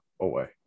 away